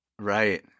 Right